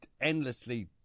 endlessly